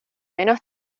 menos